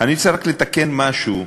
אני צריך רק לתקן משהו,